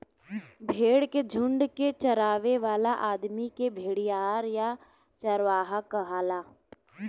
भेड़ के झुंड के चरावे वाला आदमी के भेड़िहार या चरवाहा कहाला